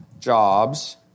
Jobs